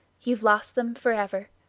you've lost them forever,